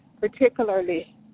particularly